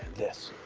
this.